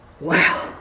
Wow